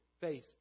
face